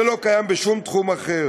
זה לא קיים בשום תחום אחר.